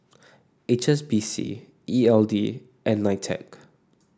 H S B C E L D and Nitec